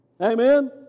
Amen